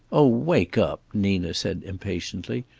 oh, wake up, nina said impatiently.